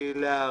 להערכה.